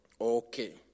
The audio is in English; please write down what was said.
Okay